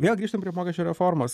vėl grįžtam prie mokesčių reformos